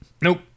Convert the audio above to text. Nope